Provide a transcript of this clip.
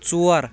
ژور